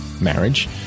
marriage